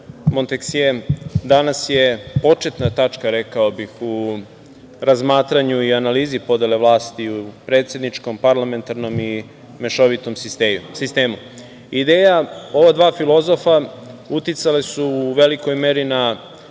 Monteksijem, danas je početna tačka, rekao bih u razmatranju i analizi podeli vlasti u ovom predsedničkom, parlamentarnom i mešovitom sistemu. Ideja ova dva filozofa uticala su u velikoj meri na